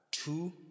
two